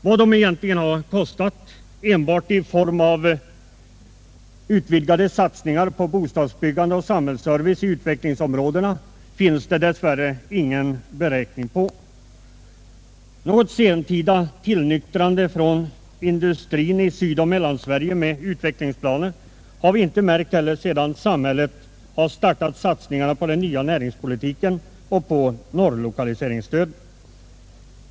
Vad de kostar enbart i form av utökat bostadsbyggande och mera samhällsservice i utvecklingsområdena finns det dessvärre inga beräkningar på. Något sentida tillnyktrande från industrin i Sydoch Mellansverige med utvecklingsplaner har vi inte märkt sedan samhället startat satsningarna på den nya näringspolitiken och på norrlokaliseringsstödet.